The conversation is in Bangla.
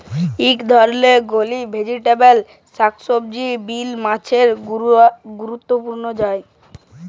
ইক ধরলের গ্রিল ভেজিটেবল ক্লাস্টার বিল মালে হছে গুয়ার